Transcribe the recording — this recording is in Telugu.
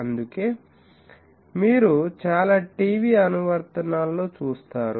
అందుకే మీరు చాలా టీవీ అనువర్తనాల్లో చూస్తారు